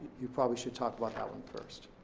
you probably should talk about that one first.